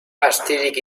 astirik